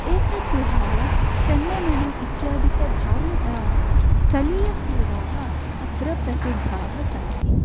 एतद्विहाय चेन्नमने इत्यादि धार्मिक स्थलीयक्रीडाः अत्र प्रसिद्धाः सन्ति